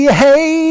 hey